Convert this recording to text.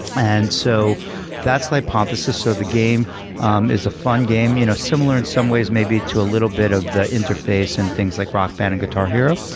and so that's the hypothesis. so the game um is a fun game, you know similar in some ways maybe to a little bit of the interface in things like rock band and guitar hero.